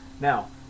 Now